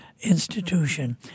institution